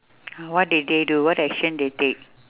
what did they do what action they take